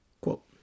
Quote